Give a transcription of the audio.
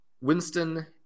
Winston